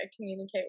communicate